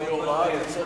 נתקבלו.